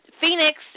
Phoenix